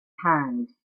hand